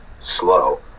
slow